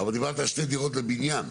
אבל דיברת על שתי דירות בבניין.